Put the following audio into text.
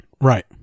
Right